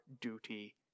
duty